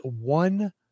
one